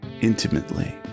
intimately